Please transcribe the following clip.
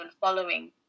following